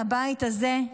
לבית הזה,